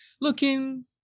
looking